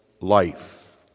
life